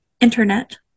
internet